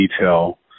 detail